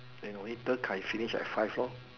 then later Kai finish at five lor